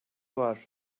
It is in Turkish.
var